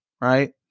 right